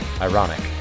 Ironic